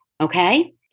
Okay